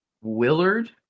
Willard